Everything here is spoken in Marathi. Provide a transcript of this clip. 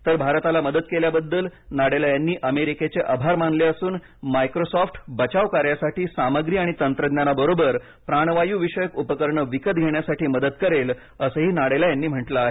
तर भारताला मदत केल्याबद्दल नाडेला यांनी अमेरिकेचे आभार मानले असून मायक्रोसॉफ्ट बचाव कार्यासाठी सामग्री आणि तंत्रज्ञानाबरोबर प्राणवायू विषयक उपकरणे विकत घेण्यासाठी मदत करेल असंही नाडेला यांनी म्हटलं आहे